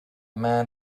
man